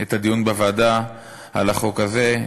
את הדיון בוועדה על החוק הזה,